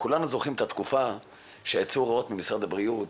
כולנו זוכרים את התקופה שיצאו הוראות ממשרד הבריאות